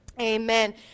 Amen